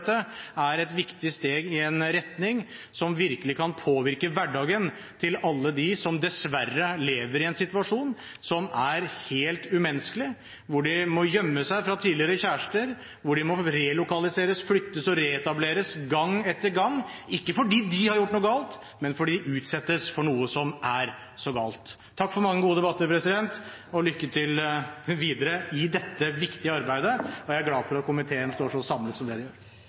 dette, er et viktig steg i en retning som virkelig kan påvirke hverdagen til alle dem som dessverre lever i en situasjon som er helt umenneskelig, hvor de må gjemme seg fra tidligere kjærester, hvor de må relokaliseres, flyttes og reetableres gang etter gang, ikke fordi de har gjort noe galt, men fordi de utsettes for noe som er så galt. Takk for mange gode debatter, president, og lykke til videre i dette viktige arbeidet! Jeg er glad for at komiteen står så samlet som det den gjør.